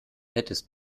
hättest